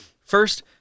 First